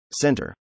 center